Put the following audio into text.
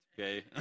Okay